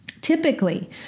Typically